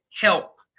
help